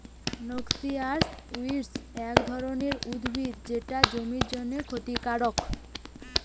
noxious weed এক ধরণের উদ্ভিদ যেটা জমির জন্যে ক্ষতিকারক